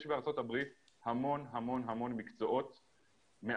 יש בארצות הברית המון המון מקצועות מעניינים,